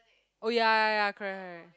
oh ya ya ya correct correct